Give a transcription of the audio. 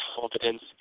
confidence